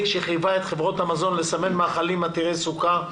שחייבה את חברות המזון לסמן מאכלים עתירי סוכר,